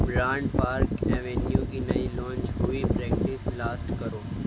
grand park avenue کی نئی launch ہوئی پریکٹس لاسٹ کرو